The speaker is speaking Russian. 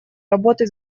работы